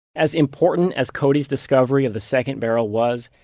as important as cody's discovery of the second barrel was,